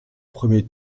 premier